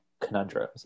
conundrums